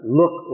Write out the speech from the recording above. look